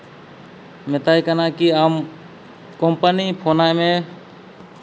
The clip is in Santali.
ᱢᱮᱛᱟᱭ ᱠᱟᱱᱟ ᱠᱤ ᱟᱢ ᱠᱳᱢᱯᱟᱱᱤ ᱯᱷᱳᱱᱟᱭ ᱢᱮ